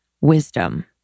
wisdom